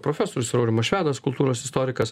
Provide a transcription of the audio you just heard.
profesorius ir aurimas švedas kultūros istorikas